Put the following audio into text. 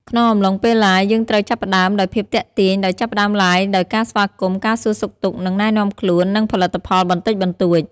ក្នុងអំឡុងពេល Liveយើងត្រូវចាប់ផ្តើមដោយភាពទាក់ទាញ ដោយចាប់ផ្តើម Live ដោយការស្វាគមន៍ ការសួរសុខទុក្ខ និងណែនាំខ្លួន និងផលិតផលបន្តិចបន្តួច។